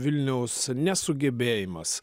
vilniaus nesugebėjimas